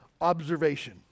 observation